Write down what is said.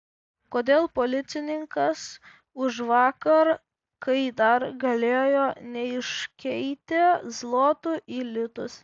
kodėl policininkas užvakar kai dar galėjo neiškeitė zlotų į litus